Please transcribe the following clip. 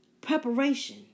Preparation